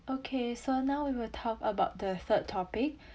okay so now we will talk about the third topic